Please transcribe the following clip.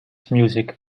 music